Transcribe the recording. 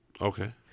Okay